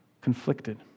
conflicted